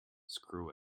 screw